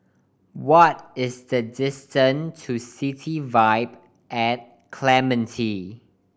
what is the distance to City Vibe at Clementi